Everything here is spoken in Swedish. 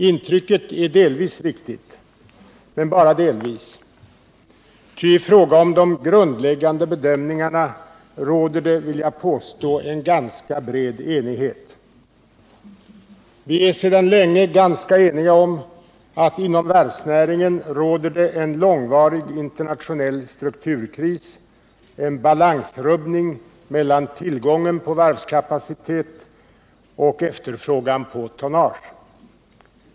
Intrycket är delvis riktigt, men bara delvis, ty i fråga om de grundläggande bedömningarna råder det, vill jag påstå, en bred enighet. Vi är sedan länge ganska eniga om att det inom varvsnäringen råder en långvarig internationell strukturkris, en balansrubbning mellan tillgången på varvskapacitet och efterfrågan på tonnage.